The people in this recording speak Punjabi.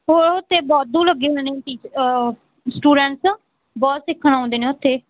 ਹੋਰ ਉੱਥੇ ਵਾਧੂ ਲੱਗੇ ਹੋਏ ਨੇ ਟੀਚ ਸਟੂਡੈਂਟਸ ਬਹੁਤ ਸਿੱਖਣ ਆਉਂਦੇ ਨੇ ਉੱਥੇ